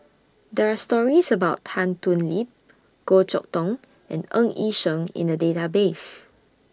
There Are stories about Tan Thoon Lip Goh Chok Tong and Ng Yi Sheng in The Database